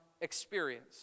experience